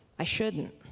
i shouldn't.